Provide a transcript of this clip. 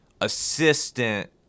assistant